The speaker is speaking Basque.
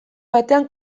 batean